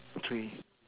three